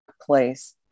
place